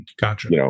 Gotcha